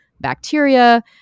bacteria